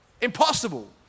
impossible